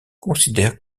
considère